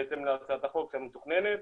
בהתאם להנחיית המחוק המתכוננת.